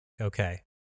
okay